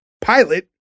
pilot